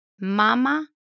Mama